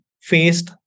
faced